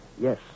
yes